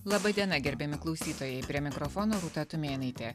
laba diena gerbiami klausytojai prie mikrofono rūta tumėnaitė